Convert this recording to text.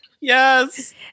Yes